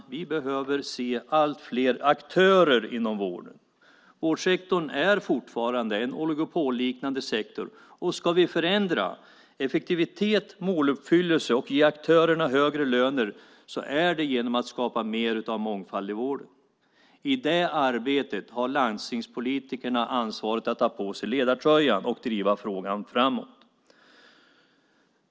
Vi behöver se fler aktörer inom vården. Vårdsektorn är fortfarande en oligopolliknande sektor. Ska vi förändra effektivitet och måluppfyllelse och ge aktörerna högre löner är det genom att skapa mer av mångfald i vården. I det arbetet har landstingspolitikerna ansvaret för att ta på sig ledartröjan och driva frågan framåt.